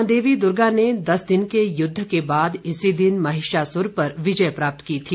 महादेवी दुर्गा ने दस दिन के युद्ध के बाद इसी दिन महिषासुर पर विजय प्राप्त की थी